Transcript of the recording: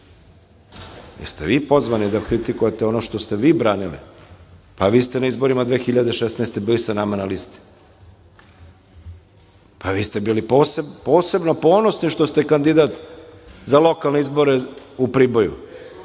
Jeste li vi pozvani da kritikujete ono što ste vi branili? Pa, vi ste na izborima 2016. godine bili sa nama na listi. Vi ste bili posebno ponosni što ste kandidat za lokalne izbore u Priboju,